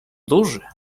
duży